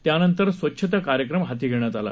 यानंतर स्वच्छता कार्यक्रम हाती घेण्यात आला